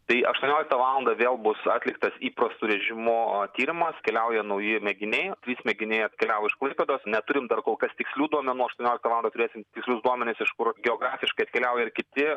tai aštuonioliktą valandą vėl bus atliktas įprastu režimu tyrimas keliauja nauji mėginiai trys mėginiai atkeliavo iš klaipėdos neturim dar kol kas tikslių duomenų aštuonioliktą valandą turėsim tikslius duomenis iš kur geografiškai atkeliauja ir kiti